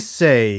say